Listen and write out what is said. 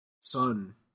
Son